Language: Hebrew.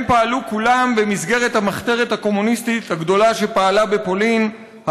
הם פעלו כולם במסגרת המחתרת הקומוניסטית הגדולה שפעלה בפולין,